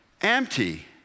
Empty